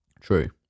True